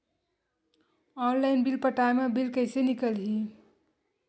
Online bill पटाय मा bill कइसे निकलही?